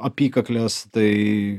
apykaklės tai